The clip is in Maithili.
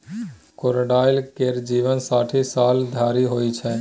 क्रोकोडायल केर जीबन साठि साल धरि होइ छै